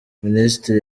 minisitiri